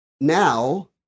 now